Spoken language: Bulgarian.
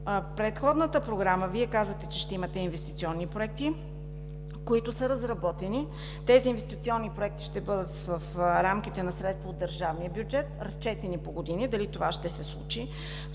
предходната програма, Вие казвате, че ще имате инвестиционни проекти, които са разработени, тези инвестиционни проекти ще бъдат в рамките на средства от държавния бюджет, разчетени по години: дали това ще се случи?